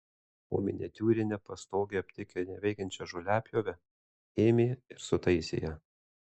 po miniatiūrine pastoge aptikę neveikiančią žoliapjovę ėmė ir sutaisė ją